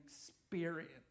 experience